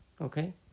Okay